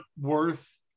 worth